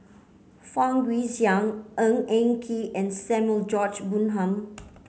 Fang Guixiang Ng Eng Kee and Samuel George Bonham